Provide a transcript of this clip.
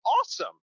Awesome